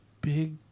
big